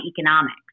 economics